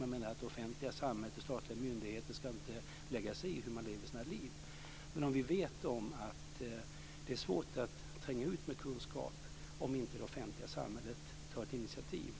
Man menar att det offentliga samhället och statliga myndigheter inte ska lägga sig i hur människor lever sina liv. Men det är svårt att nå ut med kunskaper om inte det offentliga samhället tar ett initiativ.